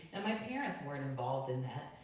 and my parents weren't involved in